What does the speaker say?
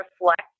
reflect